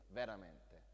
veramente